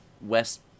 West